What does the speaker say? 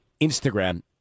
Instagram